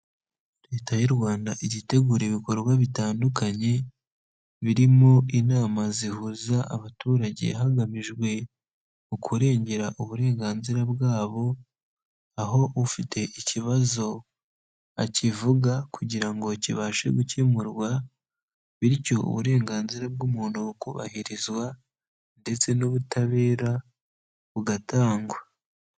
Leta y'u Rwanda ijya itegura ibikorwa bitandukanye, birimo inama zihuza abaturage hagamijwe kurengera uburenganzira bwabo, aho ufite ikibazo akivuga kugira ngo kibashe gukemurwa, bityo uburenganzira bw' umuntu bukubahirizwa ndetse n'ubutabera bugatangwa.